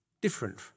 different